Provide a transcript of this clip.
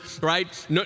right